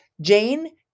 Jane